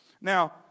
Now